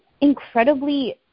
incredibly